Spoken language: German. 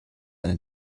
eine